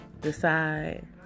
decide